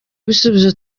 ibisubizo